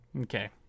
Okay